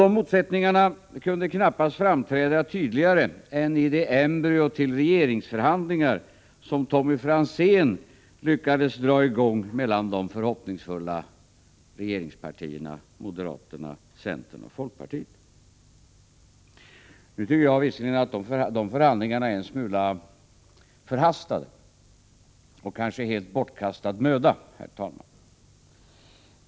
De motsättningarna kunde knappast framträda tydligare än i det embryo till regeringsförhandlingar som Tommy Franzén lyckades dra i gång mellan de förhoppningsfulla regeringspartierna, moderaterna, centern och folkpartiet. Nu tycker jag visserligen att de förhandlingarna är en smula förhastade, kanske helt bortkastad möda, herr talman.